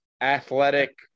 athletic